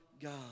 God